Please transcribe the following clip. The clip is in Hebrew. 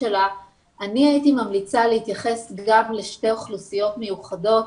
שלה אני ממליצה להתייחס גם לשתי אוכלוסיות מיוחדות.